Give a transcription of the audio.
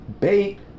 bait